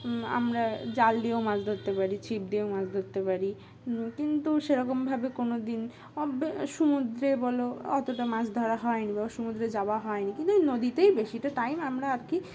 আমরা জাল দিয়েও মাছ ধরতে পারি ছিপ দিয়েও মাছ ধরতে পারি কিন্তু সেরকমভাবে কোনো দিন সমুদ্রে বলো অতটা মাছ ধরা হয়নি বা সমুদ্রে যাওয়া হয়নি কিন্তু এই নদীতেই বেশিটা টাইম আমরা আর কি